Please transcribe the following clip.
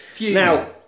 Now